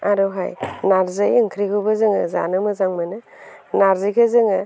आरोहाय नारजि ओंख्रिखौबो जोङो जानो मोजां मोनो नारजिखौ जोङो